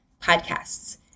podcasts